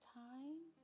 time